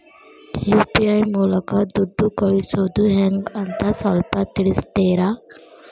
UPI ಮೂಲಕ ದುಡ್ಡು ಕಳಿಸೋದ ಹೆಂಗ್ ಅಂತ ಸ್ವಲ್ಪ ತಿಳಿಸ್ತೇರ?